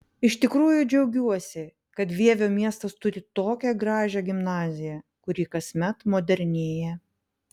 iš tikrųjų džiaugiuosi kad vievio miestas turi tokią gražią gimnaziją kuri kasmet modernėja